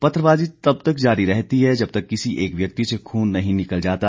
पत्थरबाजी तब तक जारी रहती है जब तक किसी एक व्यक्ति से खून नहीं निकल जाता